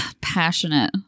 Passionate